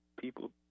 people